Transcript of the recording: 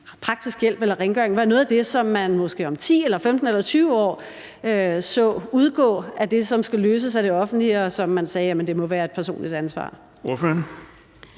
praktisk hjælp som f.eks. rengøring være noget af det, som man måske om 10 eller 15 eller 20 år kunne se udgik af det, som skal løses af det offentlige, og hvor man sagde, at det må være et personligt ansvar?